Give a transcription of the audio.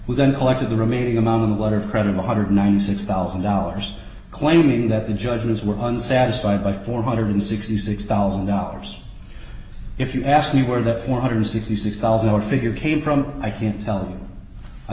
with and collected the remaining amount on the letter of credit one hundred and ninety six thousand dollars claiming that the judges were unsatisfied by four hundred and sixty six thousand dollars if you ask me where that four hundred and sixty six thousand dollars are figure came from i can't tell